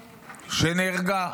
שנהרגה,